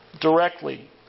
directly